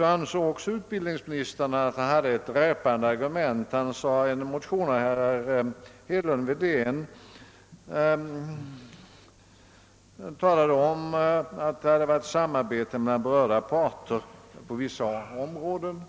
ansåg utbildningsministern också att han hade ett dräpande argument. Han talade om en motion av herrar Hedlund och Wedén och sade att det hade förekommit samarbete mellan berörda parter på vissa områden.